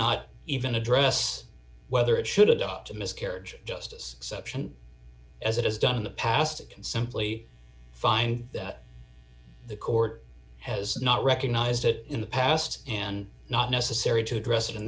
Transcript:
not even address whether it should adopt a miscarriage of justice as it has done in the past it can simply find that the court has not recognized it in the past and not necessary to address it in